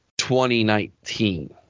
2019